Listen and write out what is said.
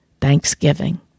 Thanksgiving